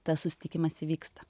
tas susitikimas įvyksta